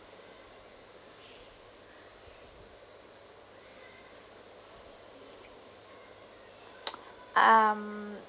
um